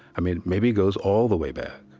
i mean, maybe it goes all the way back,